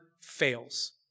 fails